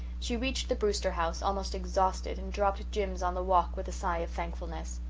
she reached the brewster house, almost exhausted, and dropped jims on the walk with a sigh of thankfulness.